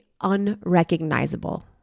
unrecognizable